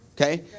Okay